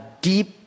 deep